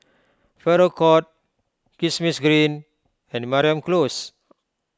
Farrer Court Kismis Green and Mariam Close